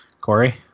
Corey